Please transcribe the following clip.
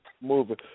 moving